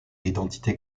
l’identité